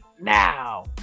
now